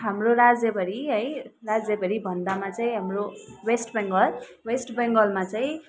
हाम्रो राज्यभरि है राज्यभरि भन्दामा चाहिँ हाम्रो वेस्ट बेङ्गोल वेस्ट बेङ्गोलमा चाहिँ